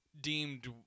deemed